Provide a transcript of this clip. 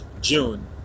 June